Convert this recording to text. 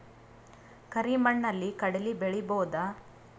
ಕರಿ ಮಣ್ಣಲಿ ಕಡಲಿ ಬೆಳಿ ಬೋದ?